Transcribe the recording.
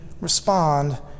respond